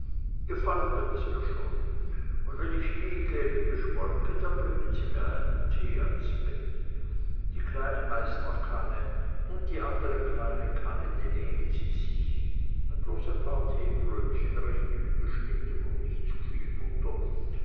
gefallen wird es mir schon und wenn ich liege liebe schmolke dann bringen sie mir meinen tee ans bett die kleine meißner kanne und die andere kleine kanne die nehmen sie sich und bloß ein paar teebrötchen recht dünn geschnitten und nicht zuviel butter